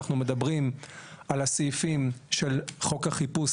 אנחנו מדברים על הסעיפים של חוק החיפוש,